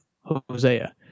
Hosea